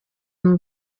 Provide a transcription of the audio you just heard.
n’u